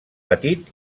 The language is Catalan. petit